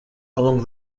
along